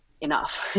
enough